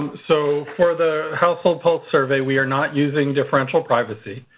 so for the household pulse survey we are not using differential privacy.